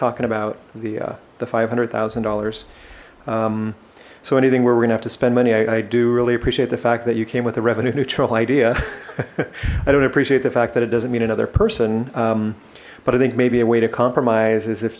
talking about the five hundred thousand dollars so anything where we're gonna have to spend money i do really appreciate the fact that you came with a revenue neutral idea i don't appreciate the fact that it doesn't mean another person but i think maybe a way to compromise is if